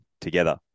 together